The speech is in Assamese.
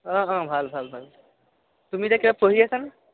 অঁ অঁ ভাল ভাল ভাল তুমি এতিয়া কিবা পঢ়ি আছানে